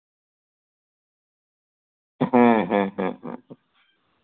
ᱦᱮᱸ ᱦᱮᱸ ᱦᱮᱸ ᱦᱮᱸ